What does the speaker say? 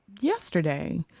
yesterday